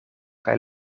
kaj